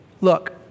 Look